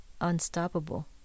Unstoppable